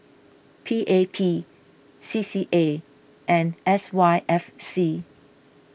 P A P C C A and S Y F C